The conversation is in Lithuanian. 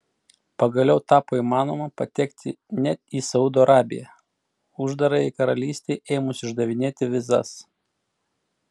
pagaliau tapo įmanoma patekti net į saudo arabiją uždarajai karalystei ėmus išdavinėti vizas